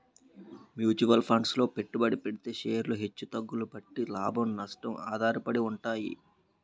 mutual funds లో పెట్టుబడి పెడితే షేర్లు హెచ్చు తగ్గుల బట్టి లాభం, నష్టం ఆధారపడి ఉంటాయి